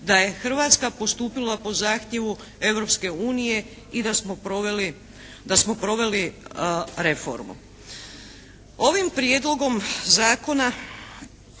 da je Hrvatska postupila po zahtjevu Europske unije i da smo proveli reformu. Ovim Prijedlogom Zakona